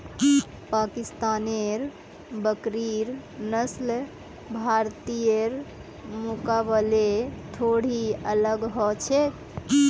पाकिस्तानेर बकरिर नस्ल भारतीयर मुकाबले थोड़ी अलग ह छेक